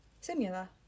similar